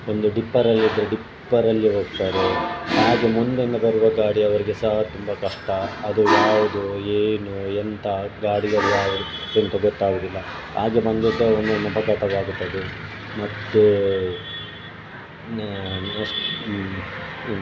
ಒಂದು ಡಿಪ್ಪರಲ್ಲಿದ್ರೆ ಡಿಪ್ಪರಲ್ಲೇ ಹೋಗ್ತಾರೆ ಹಾಗೇ ಮುಂದೆಯಿಂದ ಬರುವ ಗಾಡಿ ಅವರಿಗೆ ಸಹ ತುಂಬ ಕಷ್ಟ ಅದು ಯಾವುದು ಏನು ಎಂಥ ದಾರಿಯೆಲ್ಲ ಎಂಥ ಗೊತ್ತಾಗುವುದಿಲ್ಲ ಹಾಗೆ ಬಂದು ಸಹ ಒಮ್ಮೊಮ್ಮೆ ಅಪಘಾತವಾಗುತ್ತದೆ ಮತ್ತೆ ನೆಕ್ಸ್ಟು